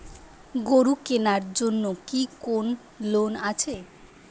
গরু কেনার জন্য কি কোন লোন আছে?